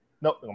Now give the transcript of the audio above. No